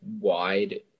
wide